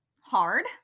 hard